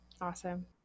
Awesome